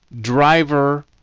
driver